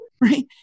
Right